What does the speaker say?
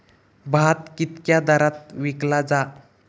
भात कित्क्या दरात विकला जा?